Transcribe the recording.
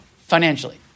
financially